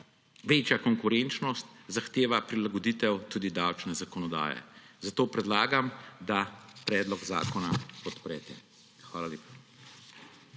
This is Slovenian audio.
večja konkurenčnost zahteva prilagoditev tudi davčne zakonodaje, zato predlagam, da predlog zakona podprete. Hvala lepa.